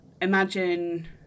imagine